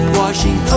washing